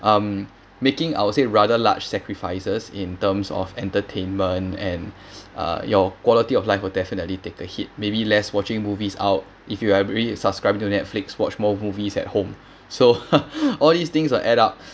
um making I'll say rather large sacrifices in terms of entertainment and uh your quality of life will definitely take a hit maybe less watching movies out if you already subscribed to netflix watch more movies at home so all these things will add up